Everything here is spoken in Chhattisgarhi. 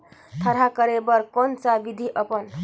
थरहा करे बर कौन सा विधि अपन?